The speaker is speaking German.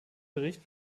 bericht